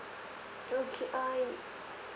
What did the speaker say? okay I